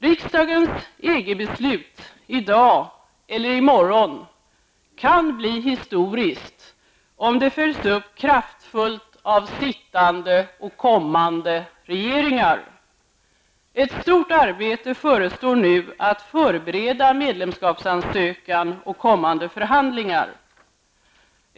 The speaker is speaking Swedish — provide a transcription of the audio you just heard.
Riksdagens EG-beslut i dag eller i morgon kan bli historiskt om det följs upp kraftfullt av sittande och kommande regeringar. Ett stort arbete förestår nu att förbereda medlemskapsansökan och kommande förhandlingar.